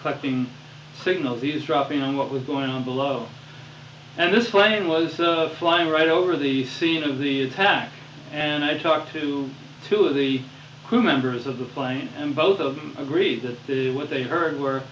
being signaled these dropping on what was going on below and this plane was flying right over the scene of the attack and i talked to two of the crew members of the plane and both of them agreed what they heard were